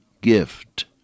gift